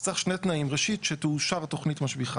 אז צריך שני תנאים: ראשית, שתאושר תוכנית משביחה.